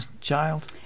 child